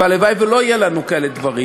והלוואי שלא יהיו לנו כאלה דברים,